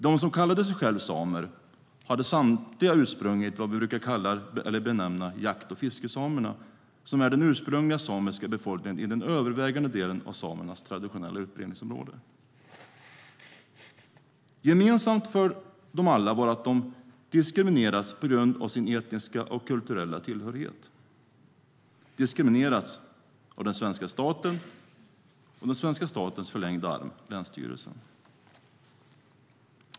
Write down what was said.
De som kallade sig själva samer hade samtliga ursprung i vad vi brukar benämna jakt och fiskesamerna som är den ursprungliga samiska befolkningen i den övervägande delen av samernas traditionella utbredningsområde. Gemensamt för dem alla var att de hade diskriminerats på grund av sin etniska och kulturella tillhörighet. De hade diskriminerats av den svenska staten och av den svenska statens förlängda arm, nämligen länsstyrelsen.